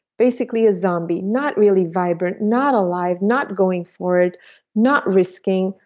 basically a zombie, not really vibrant, not alive, not going forward not risking,